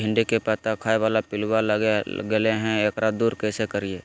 भिंडी के पत्ता खाए बाला पिलुवा लग गेलै हैं, एकरा दूर कैसे करियय?